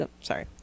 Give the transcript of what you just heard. sorry